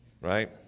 right